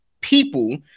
people